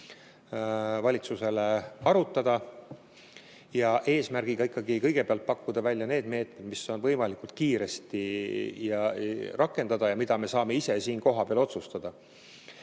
valitsusele arutada. Ja eesmärk on ikkagi kõigepealt pakkuda välja need meetmed, mis on võimalikult kiiresti rakendatavad ja mille üle me saame ise siin kohapeal otsustada.